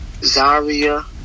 Zaria